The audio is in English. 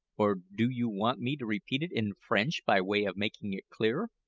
or do you want me to repeat it in french by way of making it clearer?